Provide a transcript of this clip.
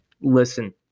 listen